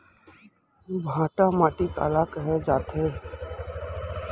भांटा माटी काला कहे जाथे?